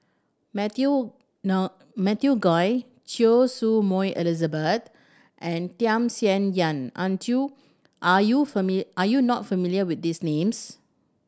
Matthew Matthew Ngui Choy Su Moi Elizabeth and Tham Sien Yen aren't you are you are you not familiar with these names